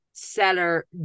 seller